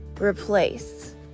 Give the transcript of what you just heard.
replace